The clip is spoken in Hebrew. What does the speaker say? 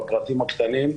בפרטים הקטנים,